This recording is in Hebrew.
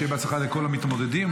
שיהיה בהצלחה לכל המתמודדים.